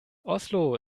oslo